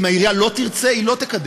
אם העירייה לא תרצה היא לא תקדם,